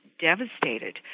devastated